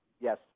Yes